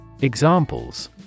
Examples